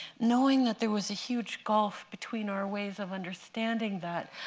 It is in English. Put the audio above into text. knowing that there was a huge gulf between our ways of understanding that,